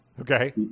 Okay